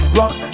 rock